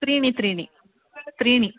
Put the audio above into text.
त्रीणि त्रीणि त्रीणि